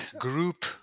group